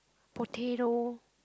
potato